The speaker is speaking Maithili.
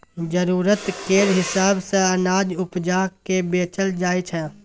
जरुरत केर हिसाब सँ अनाज उपजा केँ बेचल जाइ छै